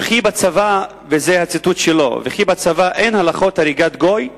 וכי בצבא, וזה הציטוט שלו, אין הלכות הריגת גוי?